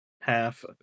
Half